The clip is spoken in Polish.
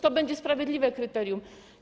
To będzie sprawiedliwe kryterium.